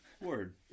Word